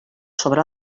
sobre